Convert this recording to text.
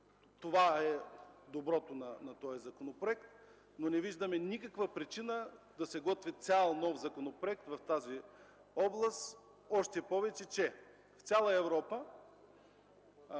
това е доброто на този законопроект. Не виждаме обаче никаква причина да се готви нов законопроект в тази област, още повече че в цяла Европа